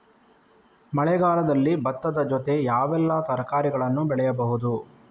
ಮಳೆಗಾಲದಲ್ಲಿ ಭತ್ತದ ಜೊತೆ ಯಾವೆಲ್ಲಾ ತರಕಾರಿಗಳನ್ನು ಬೆಳೆಯಬಹುದು?